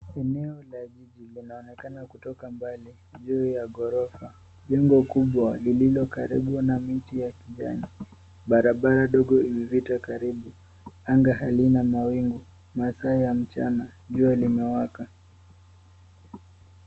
Eneo la jiji linaonekana kutoka mbali juu ya ghorofa. Jengo kubwa lililo karibu na miti ya kijani. Barabara ndogo imepita karibu. Anga hali na mawingu, masaa ya mchana. Jua limewaka.